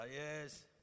Yes